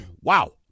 Wow